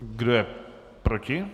Kdo je proti?